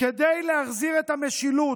כדי להחזיר את המשילות,